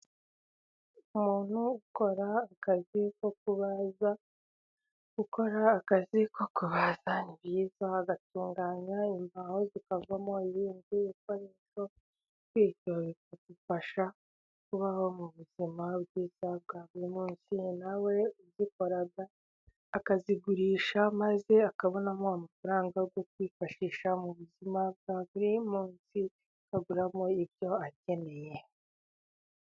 Umuntu ukora akazi ko kubaza; gukora akazi ko kubaza ni byiza gatunganya imbaho zikavamo ibindi bikoresho, bityo bikagufasha kubaho mu buzima bwiza bwa buri munsi, nawe ubikora akazigurisha maze akabonamo amafaranga yo kwifashisha mu buzima bwa buri munsi akaguramo ibyo akeneye.